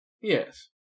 Yes